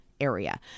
area